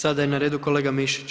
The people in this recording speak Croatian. Sada je na redu kolega Mišić.